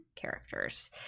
characters